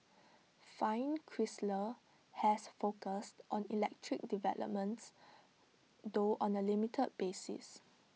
fiat Chrysler has focused on electric developments though on A limited basis